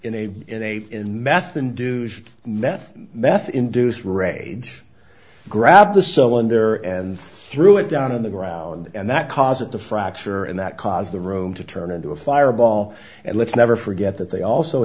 in a in a in math and do nothing meth induced rage grab the soul in there and threw it down on the ground and that caused it to fracture and that caused the room to turn into a fireball and let's never forget that they also